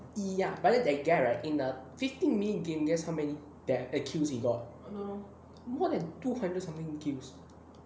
!ee! ya but then that guy in a fifteen minutes game that's how many kills he got more than two hundred something kills